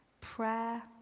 prayer